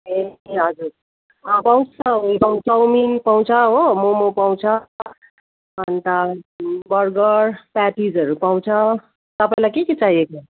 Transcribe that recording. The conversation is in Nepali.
ए हजुर अँ पाउँछ चाउमिन पाउँछ हो मोमो पाउँछ अन्त बर्गर पेटिजहरू पाउँछ तपाईलाई के के चाहिएको